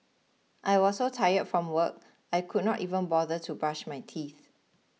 I was so tired from work I could not even bother to brush my teeth